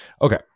Okay